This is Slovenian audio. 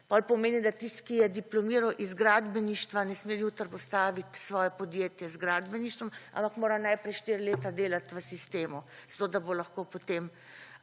pomeni, da tisti, ki je diplomiral iz gradbeništva ne sme jutri postaviti svoje podjetje z gradbeništvom, ampak mora najprej štiri leta delati v sistemu, zato da bo lahko potem